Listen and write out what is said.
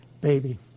baby